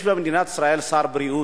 יש במדינת ישראל שר בריאות,